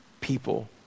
people